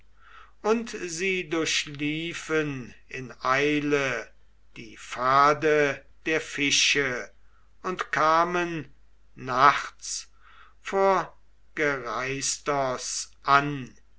und sie durchliefen in eile die pfade der fische und kamen nachts vor geraistos an